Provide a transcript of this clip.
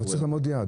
אבל צריך לקבוע יעד.